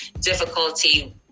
difficulty